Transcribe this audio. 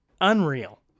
unreal